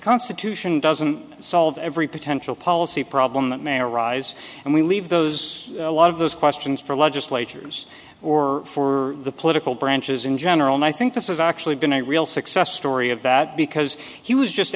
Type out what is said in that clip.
constitution doesn't solve every potential policy problem that may arise and we leave those a lot of those questions for legislators or for the political branches in general i think this is actually been a real success story of that because he was just